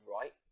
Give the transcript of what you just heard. right